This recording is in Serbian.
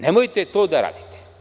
Nemojte to da radite.